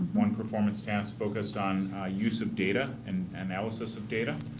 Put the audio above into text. one performance task focused on use of data an analysis of data.